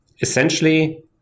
essentially